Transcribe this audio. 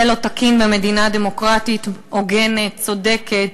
זה לא תקין במדינה דמוקרטית, הוגנת, צודקת.